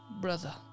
Brother